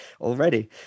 already